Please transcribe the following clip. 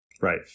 Right